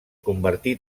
convertí